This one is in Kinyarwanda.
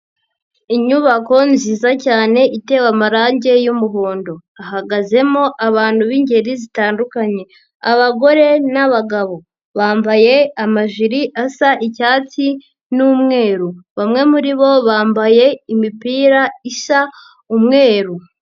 Inyubako nziza cyane itewe amarange y'umuhondo hahagazemo abantu b'ingeri zitandukanye, abagore n'abagabo bambaye amajiri asa icyatsi n'umweru, bamwe muri bo bambaye imipira isa umweru.